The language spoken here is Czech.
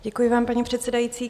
Děkuji vám, paní předsedající.